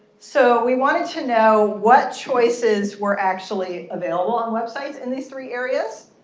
so we wanted to know what choices were actually available on websites in these three areas,